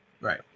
Right